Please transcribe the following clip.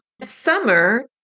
Summer